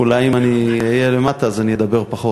אולי אם אני אהיה למטה אני אדבר פחות.